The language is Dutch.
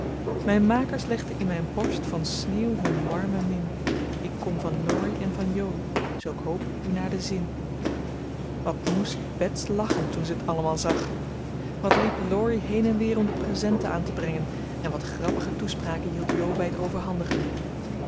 mijn makers legden in mijn borst van sneeuw hun warme min ik kom van laurie en van jo zoo k hoop u naar den zin wat moest bets lachen toen ze t allemaal zag wat liep laurie heen en weer om de presenten aan te brengen en wat grappige toespraken hield jo bij het overhandigen